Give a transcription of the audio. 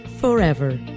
forever